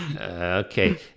Okay